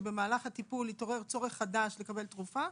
כשבמהלך הטיפול התעורר צורך חדש לקבל תרופה.